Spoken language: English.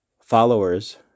followers